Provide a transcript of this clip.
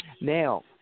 Now –